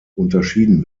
unterschieden